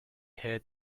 heard